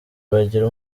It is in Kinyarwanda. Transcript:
bagira